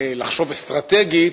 לחשוב אסטרטגית,